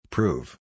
Prove